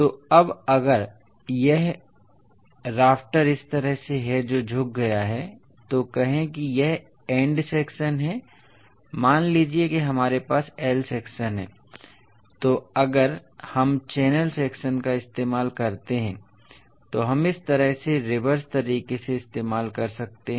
तो अब अगर यह राफ्टर इस तरह से है जो झुक गया है तो कहें कि यह एंड सेक्शन है मान लीजिए कि हमारे पास I सेक्शन है तो अगर हम चैनल सेक्शन का इस्तेमाल करते हैं तो हम इस तरह से रिवर्स तरीके से इस्तेमाल कर सकते हैं